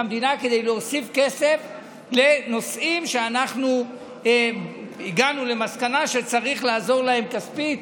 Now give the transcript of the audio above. המדינה כדי להוסיף כסף לנושאים שהגענו למסקנה שצריך לעזור בהם כספית.